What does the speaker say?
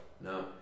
No